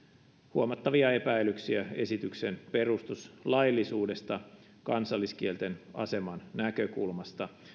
huomattavia epäilyksiä esityksen perustuslaillisuudesta kansalliskielten aseman näkökulmasta